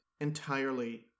entirely